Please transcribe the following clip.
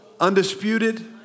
undisputed